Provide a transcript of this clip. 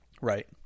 Right